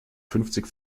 fünfzig